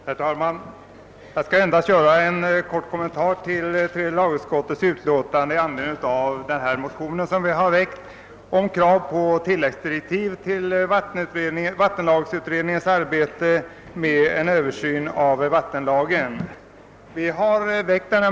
Herr talman! Jag skall endast göra en kort kommentar till tredje lagutskottets utlåtande i anledning av den motion som vi har väckt om tilläggsdirektiv till vattenlagsutredningens arbete med enh översyn av vattenlagen.